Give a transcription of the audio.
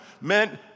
meant